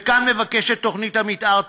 וכאן מבקשת תוכנית המתאר,